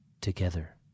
together